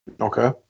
Okay